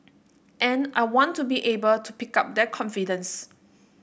and I want to be able to pick up that confidence